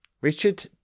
Richard